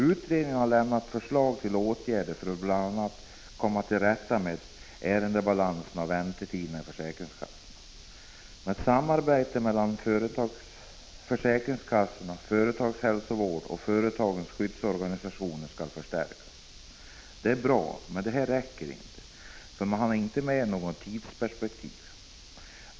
Utredningen har lämnat förslag till åtgärder för att bl.a. komma till rätta med ärendebalansen och väntetiderna vid försäkringskassorna. Samarbetet mellan försäkringskassorna, företagshälsovården och företagens skyddsorganisationer skall förstärkas. Det är bra, men det räcker inte för man har inte nämnt något tidsperspektiv.